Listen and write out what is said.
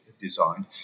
designed